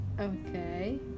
Okay